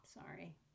Sorry